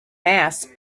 mass